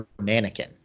mannequin